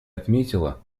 отметила